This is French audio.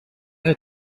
est